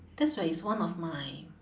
that's where is one of my